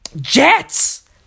Jets